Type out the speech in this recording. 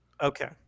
Okay